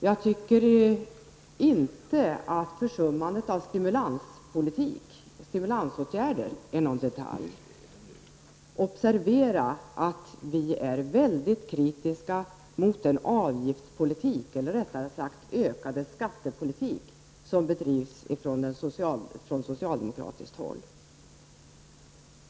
Jag tycker inte att försummandet av stimulansåtgärder är någon detalj. Observera att vi är väldigt kritiska mot den avgiftspolitik eller rättare sagt den politik med ökade skatter som bedrivs från socialdemokratiskt håll.